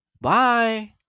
Bye